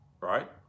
right